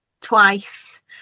twice